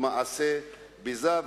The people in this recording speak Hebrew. במעשי ביזה,